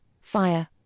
Fire